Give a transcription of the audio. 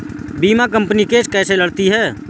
बीमा company case कैसे लड़ती है?